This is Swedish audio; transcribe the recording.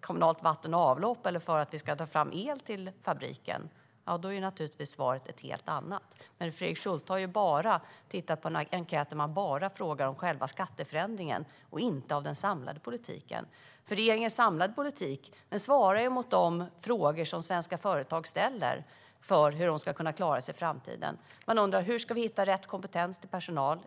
kommunalt vatten och avlopp och för att vi ska dra fram el till fabriken är svaret naturligtvis ett helt annat. Men Fredrik Schulte har tittat på en enkät där man bara frågar om själva skatteförändringen och inte om den samlade politiken. Regeringens samlade politik svarar nämligen mot de frågor som svenska företag ställer om hur de ska kunna klara sig i framtiden. De undrar hur de ska hitta rätt kompetent personal.